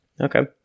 Okay